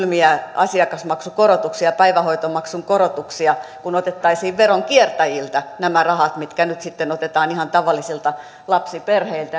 ja kylmiä asiakasmaksukorotuksia ja päivähoitomaksun korotuksia kun otettaisiin veronkiertäjiltä nämä rahat mitkä nyt sitten otetaan ihan tavallisilta lapsiperheiltä